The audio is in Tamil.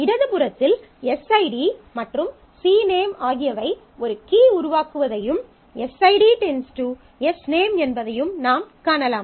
இடதுபுறத்தில் எஸ்ஐடி மற்றும் சிநேம் ஆகியவை ஒரு கீ உருவாக்குவதையும் எஸ்ஐடி எஸ்நேம் என்பதையும் நாம் காணலாம்